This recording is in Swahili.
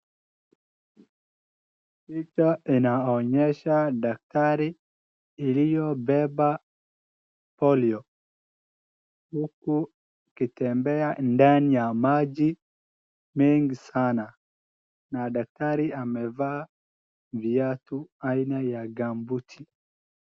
Picha inaonyesha daktari iliyobeba Polio, huku ikitembea ndani ya maji mengi sana, na daktari amevaa viatu aina ya gumboot